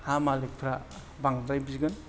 हा मालिखफ्रा बांद्राय बिगोन